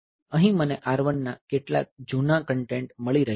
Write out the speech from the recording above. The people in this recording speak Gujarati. અહીં મને R1 ના કેટલાક જૂના કન્ટેન્ટ મળી રહ્યા છે